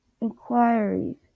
Inquiries